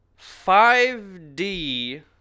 5D